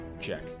check